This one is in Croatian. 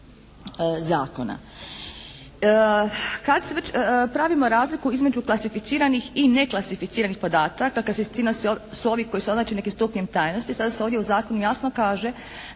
zakona. Kad već pravimo razliku između klasificiranih i neklasificiranih podatka. Klasificirani su oni koji su označeni nekim stupnjem tajnosti. Sada se ovdje u zakonu jasno kaže